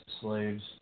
slaves